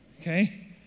Okay